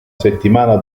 settimana